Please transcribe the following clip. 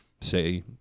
say